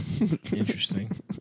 Interesting